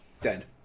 dead